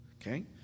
Okay